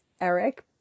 Eric